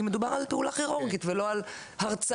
כי מדובר על פעולה כירורגית ולא על הרצאה,